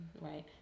right